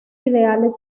ideales